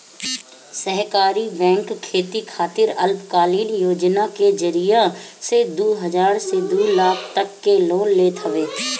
सहकारी बैंक खेती खातिर अल्पकालीन योजना के जरिया से दू हजार से दू लाख तक के लोन देत हवे